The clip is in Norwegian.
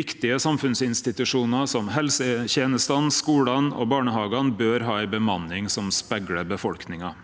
Viktige samfunnsinstitusjonar som helsetenestene, skulane og barnehagane bør ha ei bemanning som speglar befolkninga.